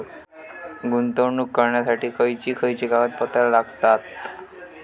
गुंतवणूक करण्यासाठी खयची खयची कागदपत्रा लागतात?